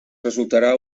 resultarà